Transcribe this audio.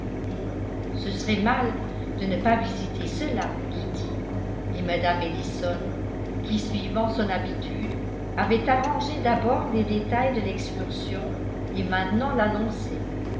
ce serait mal de ne pas visiter cela kitty dit mme ellison qui suivant son habitude avait arrangé d'abord les détails de l'excursion et maintenant